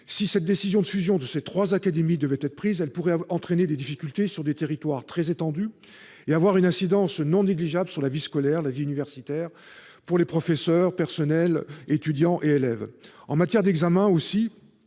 Si cette décision de fusion devait être prise, elle pourrait entraîner des difficultés sur des territoires très étendus et avoir une incidence non négligeable sur la vie scolaire et universitaire pour les professeurs, les personnels, les étudiants et les élèves. En matière d'examens aussi,